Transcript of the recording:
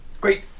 Great